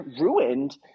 ruined